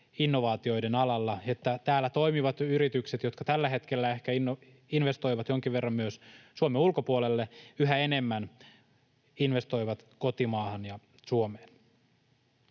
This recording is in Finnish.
innovaatioiden alalla, jotta täällä toimivat yritykset, jotka tällä hetkellä ehkä investoivat jonkin verran myös Suomen ulkopuolelle, yhä enemmän investoisivat kotimaahan ja Suomeen.